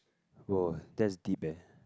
!woah! that's deep eh